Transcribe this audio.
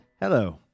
Hello